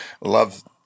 love